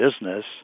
business